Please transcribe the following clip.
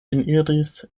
eniris